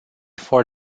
for